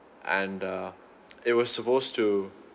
and uh it was supposed to